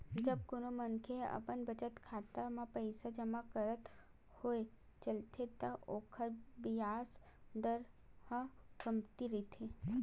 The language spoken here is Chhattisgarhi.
जब कोनो मनखे ह अपन बचत खाता म पइसा जमा करत होय चलथे त ओखर बियाज दर ह कमती रहिथे